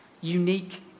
unique